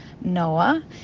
Noah